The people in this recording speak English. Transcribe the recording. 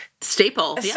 staple